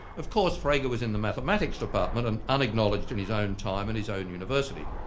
of course frege was in the mathematics department and unacknowledged in his own time and his own university.